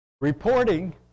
reporting